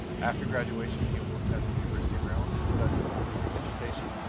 after graduation, he will attend the university of maryland to study music education.